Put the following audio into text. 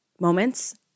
Moments